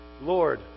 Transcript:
Lord